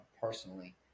personally